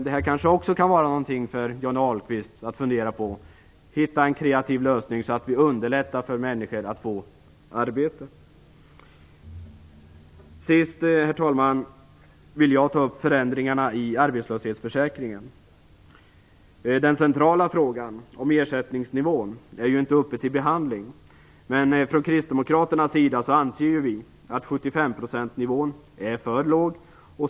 Det kanske också kan vara någonting för Johnny Ahlqvist att fundera på. Vi bör kunna hitta en kreativ lösning så att vi underlättar för människor att få arbete. Sist, herr talman, vill jag ta upp förändringarna i arbetslöshetsförsäkringen. Den centrala frågan, om ersättningsnivån, är inte uppe till behandling, men från kristdemokraternas sida anser vi att 75 procentsnivån är för låg.